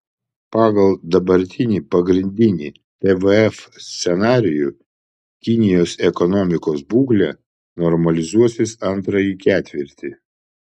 pagal dabartinį pagrindinį tvf scenarijų kinijos ekonomikos būklė normalizuosis antrąjį ketvirtį